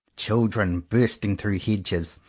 children bursting through hedges,